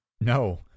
No